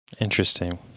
Interesting